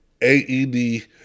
AED